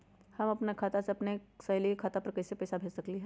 हम अपना खाता से अपन सहेली के खाता पर कइसे पैसा भेज सकली ह?